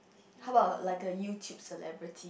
how about like a YouTube celebrity